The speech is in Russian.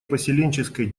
поселенческой